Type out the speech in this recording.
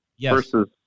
Versus